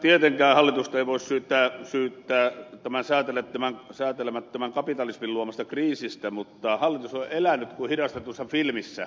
kyllä tietenkään hallitusta ei voi syyttää tämän säätelemättömän kapitalismin luomasta kriisistä mutta hallitus on elänyt kuin hidastetussa filmissä